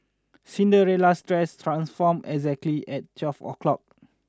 Cinderella's dress transformed exactly at twelve o'clock